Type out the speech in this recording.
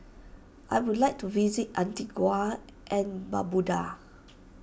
I would like to visit Antigua and Barbuda